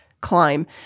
climb